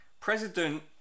President